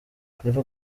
claver